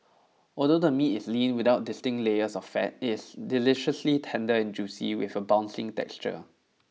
although the meat is lean without distinct layers of fat it's deliciously tender and juicy with a bouncing texture